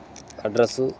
address